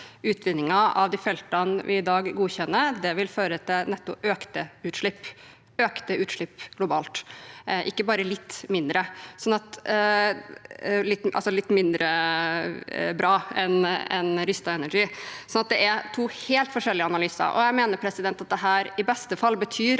utvinningen av de feltene vi i dag godkjenner, vil føre til netto økte utslipp globalt, altså ikke bare litt mindre bra enn Rystad Energy. Det er to helt forskjellige analyser. Jeg mener at dette i beste fall betyr at